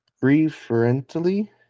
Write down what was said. Preferentially